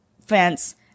fence